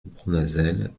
bournazel